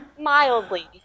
Mildly